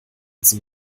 zum